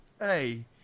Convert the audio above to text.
hey